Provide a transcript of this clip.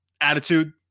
attitude